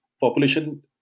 population